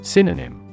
Synonym